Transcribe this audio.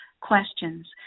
questions